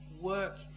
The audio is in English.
work